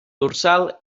dorsal